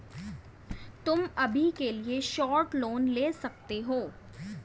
तुम अभी के लिए शॉर्ट लोन ले सकते हो